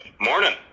Morning